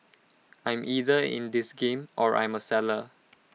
I'm either in this game or I'm A seller